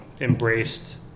embraced